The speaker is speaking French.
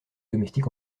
domestiques